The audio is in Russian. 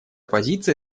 позиция